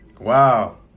Wow